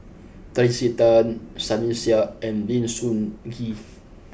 Tracey Tan Sunny Sia and Lim Sun Gee